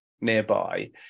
nearby